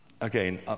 Again